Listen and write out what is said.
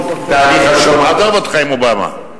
עזוב אותך עם אובמה.